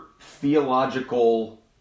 theological